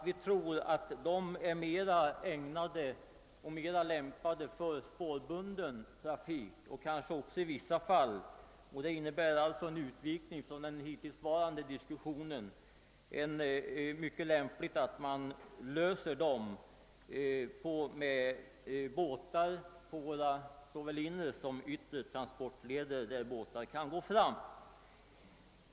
Vi tror att spårbunden trafik är mera lämplig härvidlag, och kanske kan i vissa fall båttransporter på våra inre och yttre transportleder komma i fråga — detta innebär alltså en utvikning från den hittills förda diskussionen.